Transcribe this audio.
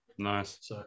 Nice